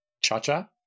Cha-cha